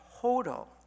total